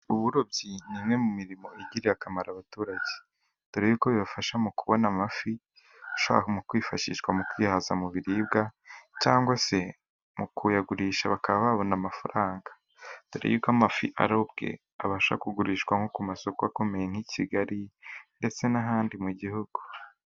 Uburobyi ni imwe mu mirimo igiriye akamaro abaturage, doreko bibafasha mu kubona amafi ashobora mu kwifashishwa mu kwihaza mu biribwa, cyangwa se mu kuyagurisha bakababona amafaranga, dore ko amafi arobwe abasha kugurishwa nko ku masoko akomeye nk'i kigali ndetse n'ahandi mu gihugu.